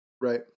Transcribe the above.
right